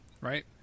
right